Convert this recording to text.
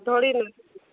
ଧଡ଼ି ନାଇଁ